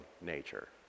nature